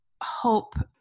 hope